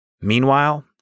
Meanwhile